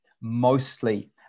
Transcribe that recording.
mostly